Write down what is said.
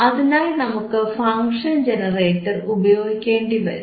അതിനായി നമുക്ക് function generator ഉപയോഗിക്കേണ്ടിവരും